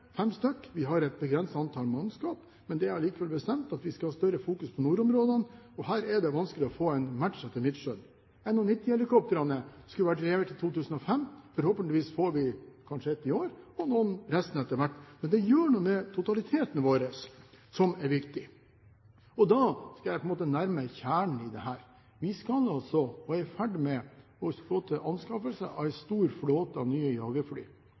fem stykker – vi har et begrenset antall mannskap, men det er allikevel bestemt at vi skal ha større fokus på nordområdene, og her er det vanskelig å få en match etter mitt skjønn. NH90-helikoptrene skulle vært levert i 2005, forhåpentligvis får vi kanskje ett i år og resten etter hvert. Men det gjør noe med totaliteten vår, som er viktig. Da skal jeg nærme meg kjernen i dette. Vi er i ferd med å gå til anskaffelse av en stor flåte av nye jagerfly.